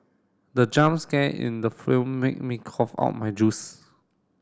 the jump scare in the film made me cough out my juice